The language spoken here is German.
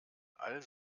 all